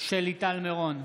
שלי טל מירון,